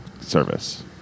service